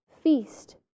feast